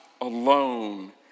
alone